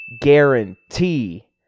Guarantee